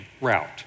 route